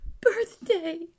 birthday